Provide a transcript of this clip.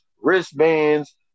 wristbands